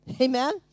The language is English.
Amen